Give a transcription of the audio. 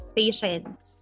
patience